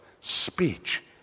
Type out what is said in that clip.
speech